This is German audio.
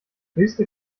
höchste